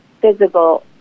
physical